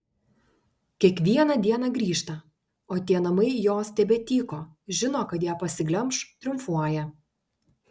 kiekvieną dieną grįžta o tie namai jos tebetyko žino kad ją pasiglemš triumfuoja